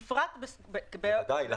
בוודאי.